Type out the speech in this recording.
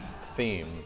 theme